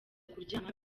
kuryama